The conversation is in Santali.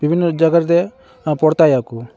ᱵᱤᱵᱷᱤᱱᱱᱚ ᱡᱟᱜᱟᱨᱮ ᱯᱚᱲᱛᱟᱭᱟᱠᱚ